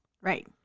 Right